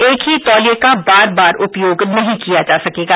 एक ही तौलिया का बार बार उपयोग नहीं किया जा सकेगा